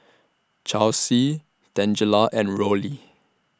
Charlsie Tangela and Rollie